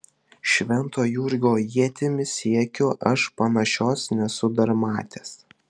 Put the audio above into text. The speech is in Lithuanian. švento jurgio ietimi siekiu aš panašios nesu dar matęs